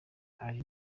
ari